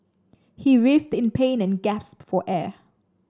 he writhed in pain and gasped for air